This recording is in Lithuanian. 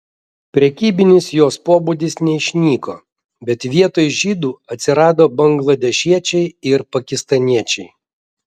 prekybinis jos pobūdis neišnyko bet vietoj žydų atsirado bangladešiečiai ir pakistaniečiai